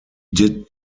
did